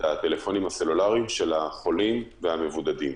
הטלפונים הסלולריים של החולים והמבודדים.